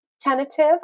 tentative